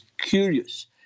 curious